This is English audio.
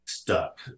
Stuck